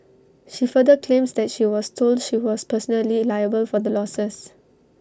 she further claims that she was told she was personally liable for the losses